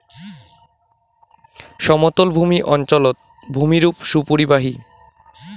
সমতলভূমি অঞ্চলত ভূমিরূপ সুপরিবাহী